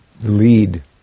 lead